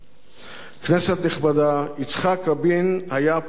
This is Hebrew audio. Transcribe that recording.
כנסת נכבדה, יצחק רבין היה פורץ דרך